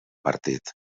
partit